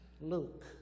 Luke